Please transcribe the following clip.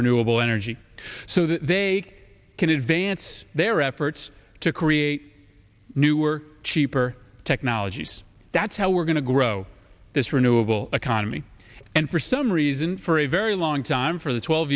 renewable energy so they can advance their efforts to create newer cheaper technologies that's how we're going to grow this renewable economy and for some reason for a very long time for the twelve